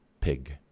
pig